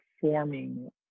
forming